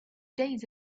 days